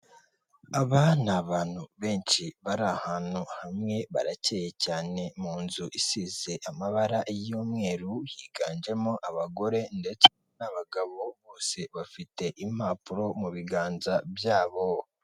Aba ni abantu benshi bari ahantu hamwe barakeye cyane mu nzu isize amabara y'umweru higanjemo abagore ndetse n'abagabo, bose bafite impapuro mu biganza byabo.